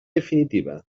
definitiva